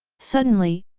suddenly,